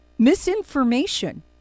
Misinformation